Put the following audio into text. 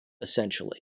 essentially